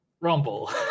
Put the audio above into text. Rumble